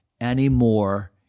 anymore